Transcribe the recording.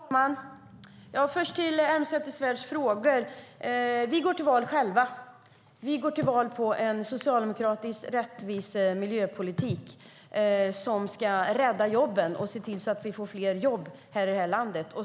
Herr talman! Jag ska först svara på Catharina Elmsäter-Svärds frågor. Vi går till val själva på en socialdemokratisk rättvis miljöpolitik som ska rädda jobben och se till att vi får fler jobb i detta land.